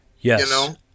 Yes